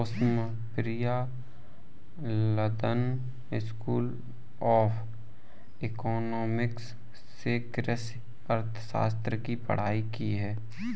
Pushpam Priya London school of economics से कृषि अर्थशास्त्र की पढ़ाई की है